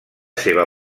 seva